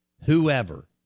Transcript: whoever